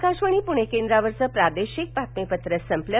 आकाशवाण पुणे केंद्रावरचं प्रादेशिक बातमप्रि संपलं